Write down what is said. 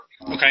Okay